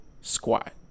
squat